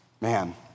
man